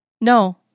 No